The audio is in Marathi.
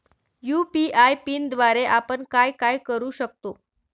यू.पी.आय पिनद्वारे आपण काय काय करु शकतो?